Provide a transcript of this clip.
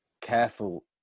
careful